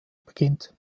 beginnt